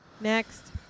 Next